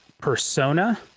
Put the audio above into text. persona